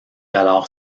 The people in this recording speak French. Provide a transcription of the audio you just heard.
alors